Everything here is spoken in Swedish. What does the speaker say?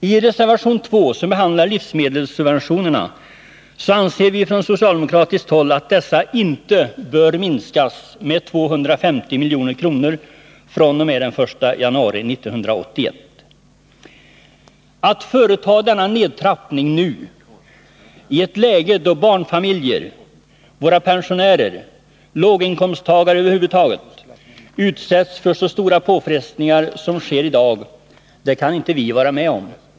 I reservation 2, som gäller livsmedelssubventionerna, framhåller vi från socialdemokratiskt håll att dessa inte bör minskas med 250 milj.kr. fr.o.m. den 1 januari 1981. Att företa denna nedtrappning nu, i ett läge då barnfamiljer, pensionärer och låginkomsttagare över huvud taget utsätts för så stora påfrestningar som sker i dag, kan vi inte vara med om.